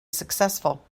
successful